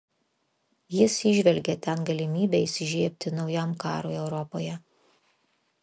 jis įžvelgė ten galimybę įsižiebti naujam karui europoje